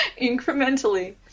incrementally